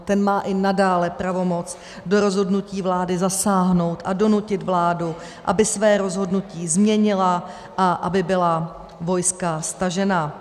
Ten má i nadále pravomoc do rozhodnutí vlády zasáhnout a donutit vládu, aby své rozhodnutí změnila a aby byla vojska stažena.